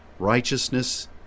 Righteousness